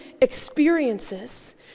experiences